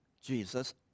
Jesus